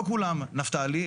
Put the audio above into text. לא כולם נפתלי.